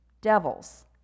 devils